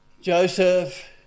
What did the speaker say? Joseph